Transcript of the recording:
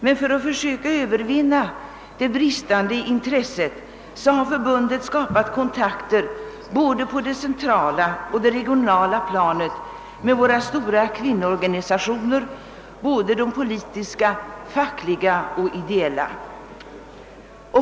Men för att försöka övervinna det bristande intresset har förbundet skapat kontakter både på det centrala och det regionala planet med våra stora kvinnoorganisationer, såväl de politiska och fackliga som de ideella.